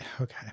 okay